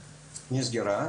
זינגר.